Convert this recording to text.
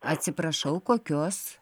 atsiprašau kokios